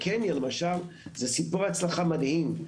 קניה למשל זה סיפור הצלחה מדהים.